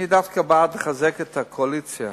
אני דווקא בעד לחזק את הקואליציה.